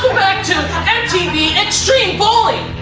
to mtv extreme bowling,